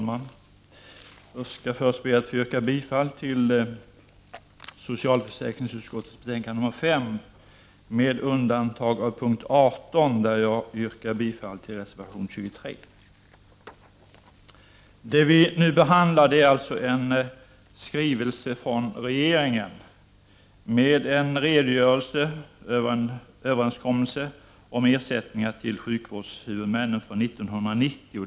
Fru talman! Jag ber först att få yrka bifall till hemställan i socialförsäkringsutskottets betänkande 5 med undantag för punkt 18 där jag yrkar bifall till reservation 23. Det vi nu behandlar är alltså en skrivelse från regeringen med en redogörelse för en överenskommelse om ersättningar till sjukvårdshuvudmännen för 1990.